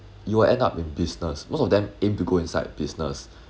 you will end up in business most of them aim to go inside business